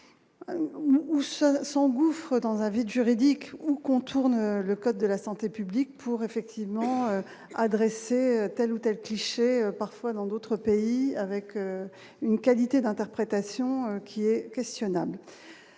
se sont gouffre dans un vide juridique ou contourner le code de la santé publique pour effectivement adressé tels ou tels clichés parfois dans d'autres pays avec une qualité d'interprétation qui est questionnable,